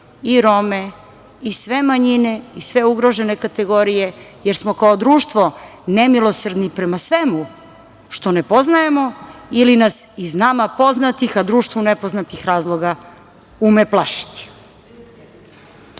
i Rome i sve manjine i sve ugrožene kategorije, jer smo kao društvo nemilosrdni prema svemu što ne poznajemo ili nas iz nama poznatih, a društvu nepoznatih razloga, ume